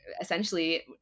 essentially